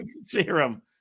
serum